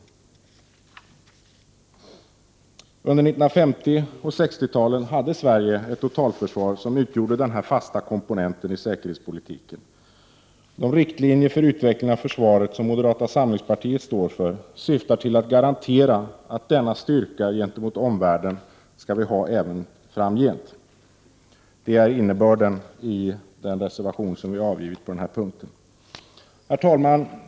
Under 1950 och 1960-talen hade Sverige ett totalförsvar som utgjorde denna fast komponent i säkerhetspolitiken. De riktlinjer för utvecklingen av försvaret som moderata samlingspartiet står för syftar till att garantera att denna relativa styrka gentemot omvärlden även framgent skall kunna föreligga. Det är innebörden i den reservation som vi har avgivit på denna punkt. Herr talman!